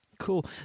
Cool